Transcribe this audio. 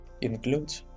include